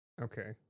Okay